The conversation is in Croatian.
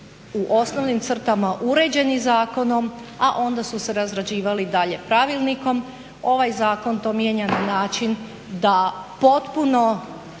u osnovnim crtama uređeni zakonom, a onda su se razrađivali dalje pravilnikom. Ovaj Zakon to mijenja na način da potpuno